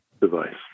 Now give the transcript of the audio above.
device